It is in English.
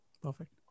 Perfect